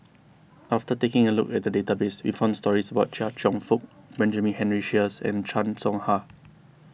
after taking a look at the database we found stories about Chia Cheong Fook Benjamin Henry Sheares and Chan Soh Ha